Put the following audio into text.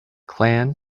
clan